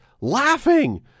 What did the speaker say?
laughing